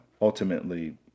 ultimately